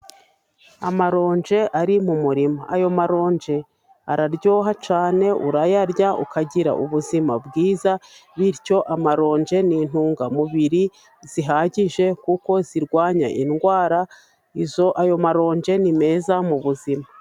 Amaronje ari mu murima. Ayo maronje araryoha cyane, urayarya ukagira ubuzima bwiza, bityo amaronje ni intungamubiri zihagije, kuko zirwanya indwara, ayo maronje ni meza mu buzima.